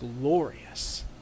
glorious